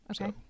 okay